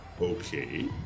Okay